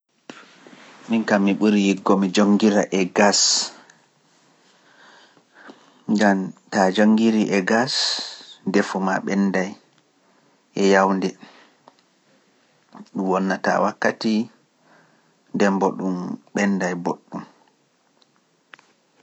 Ɗuum kam mi ɓuri yiggo mi joŋngira e gas, ngam ta joŋngiri e gas defo ma ɓenda e yawnde, wonnata wakkati dembo ɗum ɓendae booɗɗum.